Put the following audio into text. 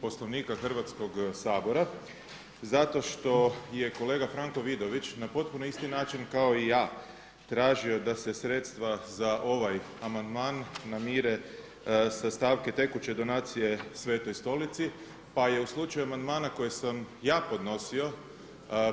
Poslovnika Hrvatskog sabora zato što je kolega Franko Vidović na potpuno isti način kao i ja tražio da se sredstva za ovaj amandman namire sa stavke tekuće donacije Svetoj Stolici pa je u slučaju amandmana koji sam ja podnosio